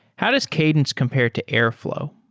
how does cadence compare to airflow?